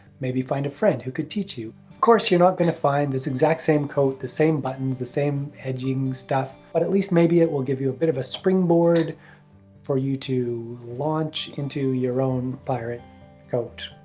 maybe find a friend who could teach you of course you're not gonna find this exact same coat the same buttons, the same edging stuff but at least maybe it will give you a bit of a springboard for you to launch into your own pirate coat.